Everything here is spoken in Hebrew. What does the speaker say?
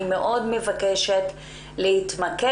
אני מבקשת מאוד להתמקד,